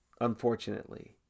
Unfortunately